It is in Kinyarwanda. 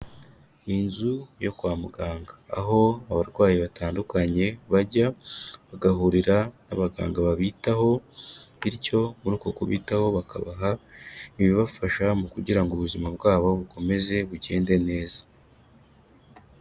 Inzu yo kwa muganga aho abarwayi batandukanye bajya bagahurira abaganga babitaho, bityo muri uko kubitaho bakabaha ibibafasha mu kugira ngo ubuzima bwabo bukomeze bugende neza.